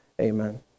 Amen